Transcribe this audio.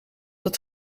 het